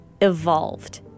evolved